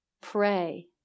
pray